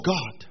God